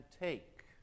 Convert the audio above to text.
take